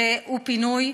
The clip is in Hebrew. שהוא פינוי,